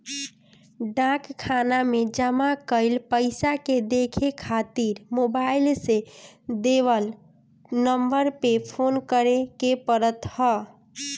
डाक खाना में जमा कईल पईसा के देखे खातिर मोबाईल से देवल नंबर पे फोन करे के पड़त ह